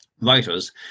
writers